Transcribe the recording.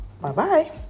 Bye-bye